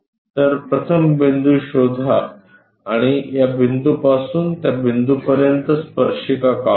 तर प्रथम बिंदू शोधा आणि या बिंदूपासून त्या बिंदूपर्यंत स्पर्शिका काढा